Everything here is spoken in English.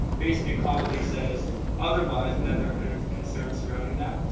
basic ecology says otherwise, and that there are kind of concerns surrounding that.